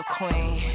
queen